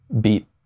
beat